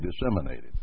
disseminated